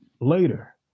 later